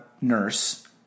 nurse